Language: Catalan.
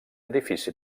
edifici